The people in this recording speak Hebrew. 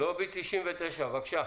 "לובי 99", בבקשה.